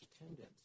attendance